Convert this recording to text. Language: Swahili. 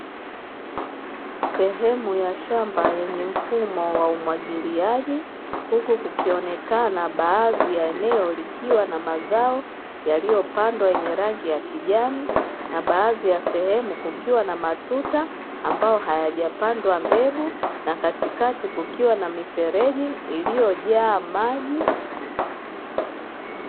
Sehemu ya shamba yenye mfumo wa umwagiliaji huku kukionekana baadhi ya eneo likiwa na mazao yaliyopandwa yenye rangi ya kijani, na baadhi ya sehemu kukiwa na matuta ambayo hayajapandwa mbegu, na katikati kukiwa na mifereji iliyojaa maji.